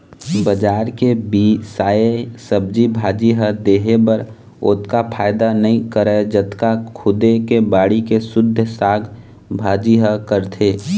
बजार के बिसाए सब्जी भाजी ह देहे बर ओतका फायदा नइ करय जतका खुदे के बाड़ी के सुद्ध साग भाजी ह करथे